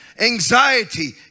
Anxiety